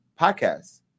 podcast